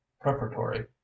preparatory